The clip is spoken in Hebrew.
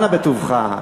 אנא בטובך,